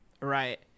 right